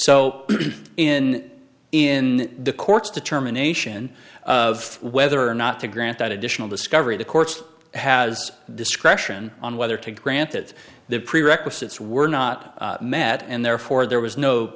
so in in the court's determination of whether or not to grant that additional discovery the court's has discretion on whether to grant that the prerequisites were not met and therefore there was no